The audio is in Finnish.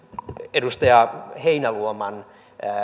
edustaja heinäluoman